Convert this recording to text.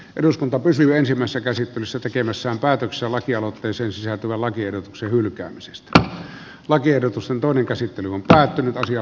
eduskunta pesilleen samassa käsittelyssä tekemässään päätöksen lakialoitteeseen sisältyvän lakiehdotuksen hylkäämisestä lakiehdotus on toinen käsittely on näihin asioihin